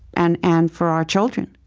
and and for our children,